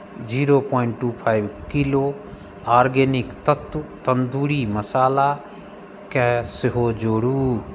zero point two five kilo organic तत्त्व तन्दूरी मसालाकेँ सेहो जोड़ू